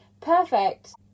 Perfect